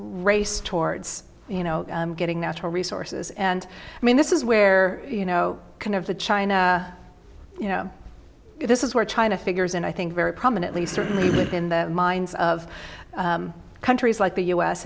race towards you know getting natural resources and i mean this is where you know kind of the china you know this is where china figures and i think very prominently certainly in the minds of countries like the u s